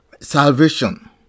Salvation